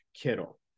Kittle